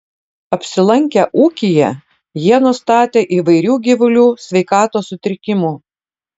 apsilankę ūkyje jie nustatė įvairių gyvulių sveikatos sutrikimų